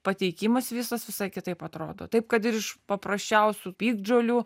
pateikimas viskas visai kitaip atrodo taip kad ir iš paprasčiausių piktžolių